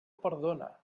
perdona